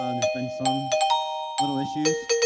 um there's been some little issues.